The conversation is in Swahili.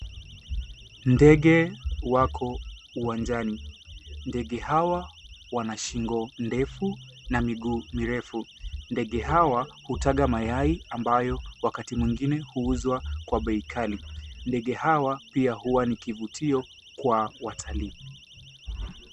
Ndege wako uwanjani. Ndege hawa wana shingo ndefu n miguu mirefu. Ndege hawa hutaga mayai ambayo wakati mwingine huuzwa kwa bei kali. Ndege hawa pia huwa ni kivutio kwa watalii.